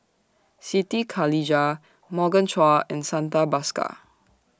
Siti Khalijah Morgan Chua and Santha Bhaskar